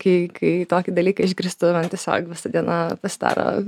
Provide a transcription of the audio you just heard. kai kai tokį dalyką išgirstu man tiesiog visa diena pasidaro